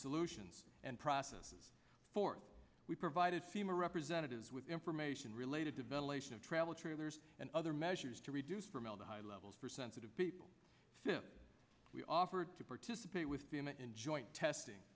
solutions and processes for we provided fema representatives with information related to ventilation of travel trailers and other measures to reduce formaldehyde levels for sensitive people we offered to participate with vehement in joint testing